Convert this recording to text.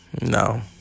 no